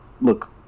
look